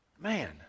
man